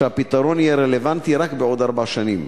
שהפתרון יהיה רלוונטי רק בעוד ארבע שנים.